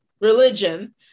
religion